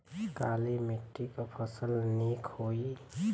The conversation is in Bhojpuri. काली मिट्टी क फसल नीक होई?